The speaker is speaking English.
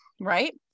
right